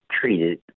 treated